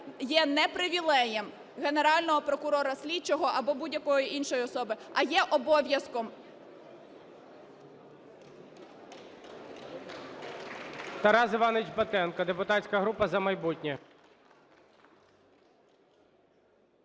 є не привілеєм Генерального прокурора, слідчого або будь-якої іншої особи, а є обов'язком.